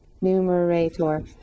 Numerator